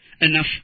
Enough